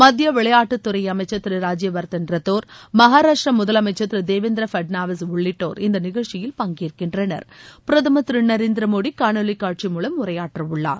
மத்திய விளையாட்டுத்துறை அமைச்சர் திரு ராஜ்யவர்தன் ரத்தோர் மகாராஷ்டிர முதலமைச்சர் திரு தேவேந்திர ஃபட்னாவிஸ் உள்ளிட்டோர் இந்த நிகழ்ச்சியில் பங்கேற்கின்றனர் பிரதமர் திரு நரேந்திர மோடி காணொலிக்காட்சி மூலம் உரையாற்றவுள்ளர்